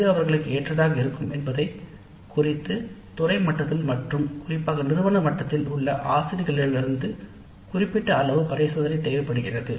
இதற்கு துறை மட்டத்தில் மற்றும் குறிப்பாக நிறுவன மட்டத்தில் உள்ள ஆசிரியர்களிடமிருந்து குறிப்பிட்ட அளவு பரிசோதனை தேவைப்படுகிறது